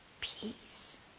Peace